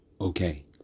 okay